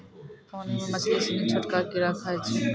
पानी मे मछली सिनी छोटका कीड़ा खाय जाय छै